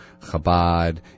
Chabad